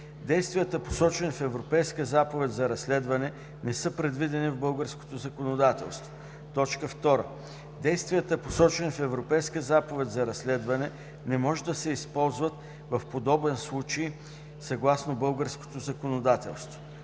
действията, посочени в Европейска заповед за разследване, не са предвидени в българското законодателство; 2. действията, посочени в Европейска заповед за разследване, не може да се използват в подобен случай съгласно българското законодателство;